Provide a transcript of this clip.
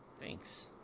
Thanks